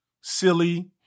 silly